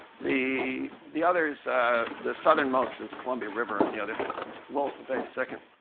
the the others the southernmost is columbia river, and the other willapa bay is second